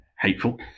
hateful